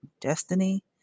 destiny